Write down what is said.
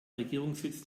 regierungssitz